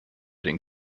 den